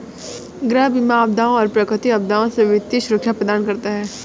गृह बीमा आपदाओं और प्राकृतिक आपदाओं से वित्तीय सुरक्षा प्रदान करता है